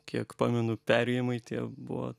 kiek pamenu perėjimai tie buvo